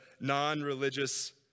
non-religious